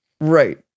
Right